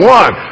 one